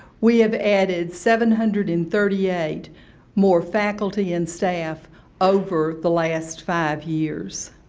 we have added seven hundred and thirty eight more faculty and staff over the last five years.